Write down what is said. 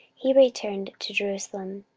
he returned to jerusalem.